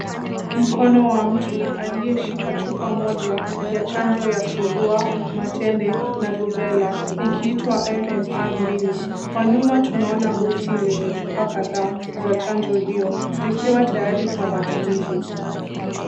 Mkono wa mtu aliyeshika chupa moja ya chanjo ya surua, matende na rubela, ikiitwa MMR mbili. Kwa nyuma tunaona boksi lenye chupa kadhaa za chanjo hiyo, zikiwa tayari kwa matumizi.